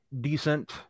decent